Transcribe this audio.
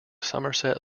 somerset